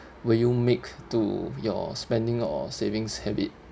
will you make to your spending or savings habit